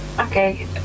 Okay